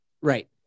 Right